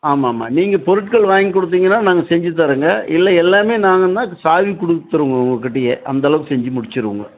ஆமாம்மா நீங்கள் பொருட்கள் வாங்கி கொடுத்தீங்கன்னா நாங்கள் செஞ்சுத்தரோங்க இல்லை எல்லாமே நாங்கள்ன்னா அதுக்கு சாவி கொடுத்துருவோம் உங்கள்கிட்டையே அந்த அளவுக்கு செஞ்சு முடிச்சுருவோங்க